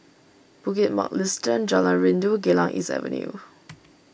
Bukit Mugliston Jalan Rindu Geylang East Avenue